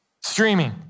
streaming